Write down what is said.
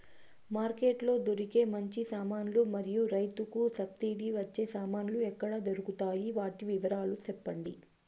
Market లో దొరికే మంచి సామాన్లు మరియు రైతుకు సబ్సిడి వచ్చే సామాన్లు ఎక్కడ దొరుకుతాయి? వాటి వివరాలు సెప్పండి?